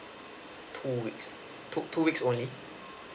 two weeks two two weeks only